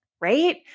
right